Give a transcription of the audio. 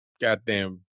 goddamn